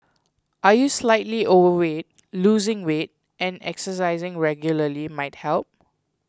are you are slightly overweight losing weight and exercising regularly might help